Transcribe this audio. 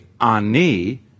Ani